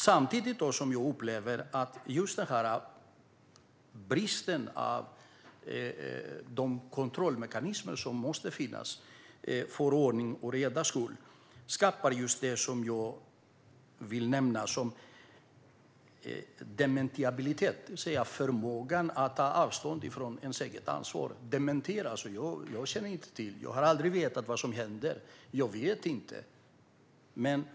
Samtidigt upplever jag att bristen på de kontrollmekanismer som måste finnas för att man ska kunna ha ordning och reda skapar just det som jag benämner dementiabilitet. Det handlar om förmågan att ta avstånd från det egna ansvaret. Man dementerar: Jag känner inte till det. Jag har aldrig vetat vad som händer. Jag vet inte.